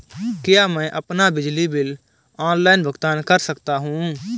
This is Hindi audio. क्या मैं अपना बिजली बिल ऑनलाइन भुगतान कर सकता हूँ?